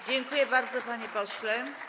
Dziękuję bardzo, panie pośle.